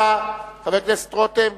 חבר הכנסת רותם?